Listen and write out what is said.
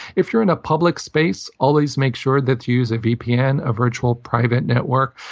if you're in a public space, always make sure that you use a vpn, a virtual private network.